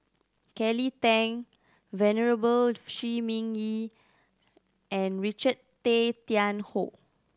Kelly Tang Venerable Shi Ming Yi and Richard Tay Tian Hoe